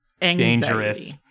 dangerous